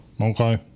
Okay